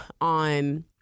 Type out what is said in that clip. on